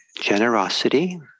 generosity